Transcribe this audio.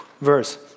verse